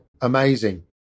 Amazing